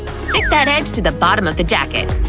stick that edge to the bottom of the jacket.